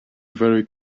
very